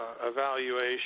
evaluation